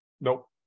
Nope